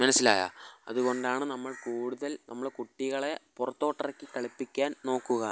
മനസ്സിലായോ അതുകൊണ്ടാണ് നമ്മൾ കൂടുതൽ നമ്മള് കുട്ടികളെ പുറത്തോട്ടിറക്കി കളിപ്പിക്കാൻ നോക്കുക